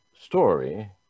story